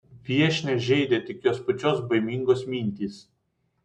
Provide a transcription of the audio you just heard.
viešnią žeidė tik jos pačios baimingos mintys